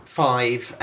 five